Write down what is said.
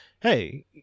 hey